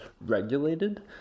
regulated